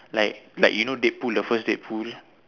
like like you know Deadpool the first Deadpool